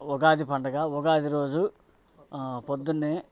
ఉగాది పండుగ ఉగాది రోజు పొద్దున్న